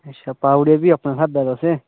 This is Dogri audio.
अच्छा पाई ओड़ेयो फ्ही अपने स्हाबें तुस